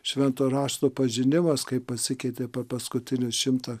švento rašto pažinimas kaip pasikeitė per paskutinius šimtą